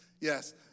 Yes